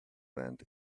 went